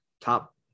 top